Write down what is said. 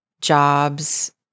jobs